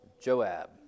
joab